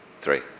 three